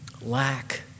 lack